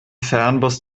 fernbus